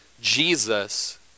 Jesus